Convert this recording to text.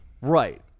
Right